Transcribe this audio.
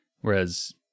Whereas